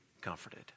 comforted